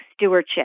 stewardship